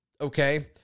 okay